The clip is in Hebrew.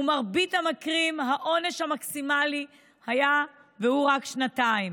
ובמרבית המקרים העונש המקסימלי היה רק שנתיים.